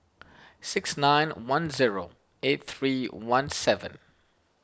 six nine one zero eight three one seven